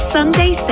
Sunday